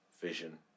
vision